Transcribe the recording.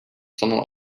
sondern